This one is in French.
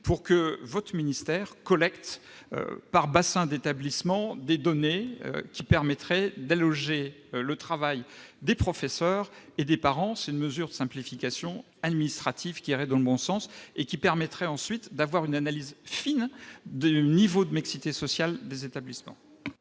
par le biais de l'Insee, de collecter par bassin d'établissements des données propres à alléger le travail des professeurs et des parents. Une telle mesure de simplification administrative irait dans le bon sens et permettrait ensuite d'avoir une analyse fine du niveau de mixité sociale des établissements.